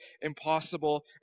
impossible